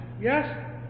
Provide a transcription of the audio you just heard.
Yes